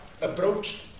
approached